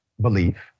belief